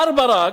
מר ברק,